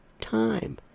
time